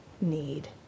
need